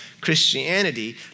Christianity